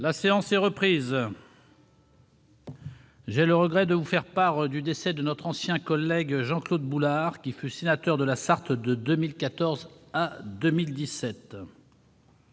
La séance est reprise. J'ai le regret de vous faire part du décès de notre ancien collègue Jean-Claude Boulard, qui fut sénateur de la Sarthe de 2014 à 2017.